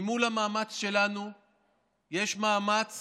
מול המאמץ שלנו יש מאמץ